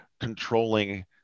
controlling